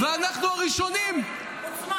עוצמה